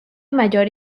mayor